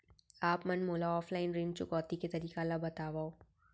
आप मन मोला ऑफलाइन ऋण चुकौती के तरीका ल बतावव?